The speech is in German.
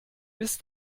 bis